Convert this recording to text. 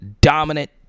dominant